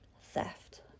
Theft